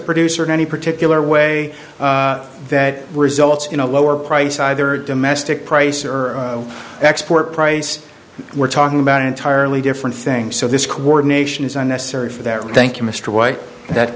producer in any particular way that results in a lower price either domestic price or export price we're talking about entirely different things so this coordination is unnecessary for that tha